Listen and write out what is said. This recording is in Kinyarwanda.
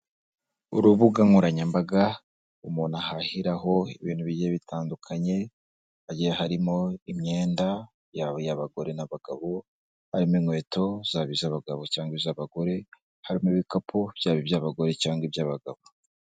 Urubuga nkoranyambaga umuntu ahahiraho ibintu bigiye bitandukanye, hagiye harimo imyenda y'abagore n'abagabo, harimo inkweto zaba iza abagabo cyangwa iza abagore ,harimo ibikapu byabo iby'abagore cyangwa iby'abagabo.